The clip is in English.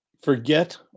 Forget